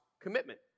commitment